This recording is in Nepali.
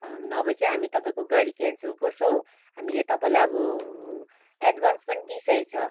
नभए चाहिँ हामी तपाईँको गाडी क्यान्सल गर्छौँ हामीले तपाईँलाई अब एडभान्स पनि दिइसकेको छ